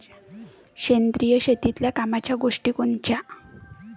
सेंद्रिय शेतीतले कामाच्या गोष्टी कोनच्या?